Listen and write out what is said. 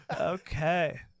Okay